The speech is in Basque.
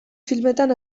filmetan